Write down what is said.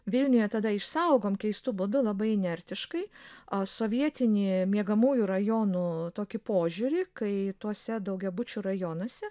vilniuje tada išsaugom keistu būdu labai inertiškai a sovietinį miegamųjų rajonų tokį požiūrį kai tuose daugiabučių rajonuose